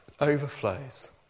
overflows